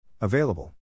Available